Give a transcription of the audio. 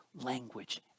language